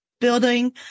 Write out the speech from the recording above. building